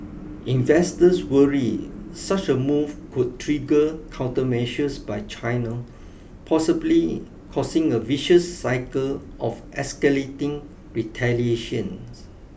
investors worry such a move could trigger countermeasures by China possibly causing a vicious cycle of escalating retaliation